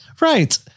Right